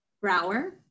Brower